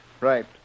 right